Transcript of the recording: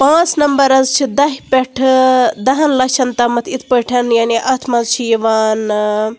پانژھ نمبر حظ چھِ دہہِ پیٹھٕ دہن لچھن تامتھ اِتھٕ پٲٹھۍ یعنے اتھ منٛز چھِ یِوان آ